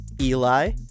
Eli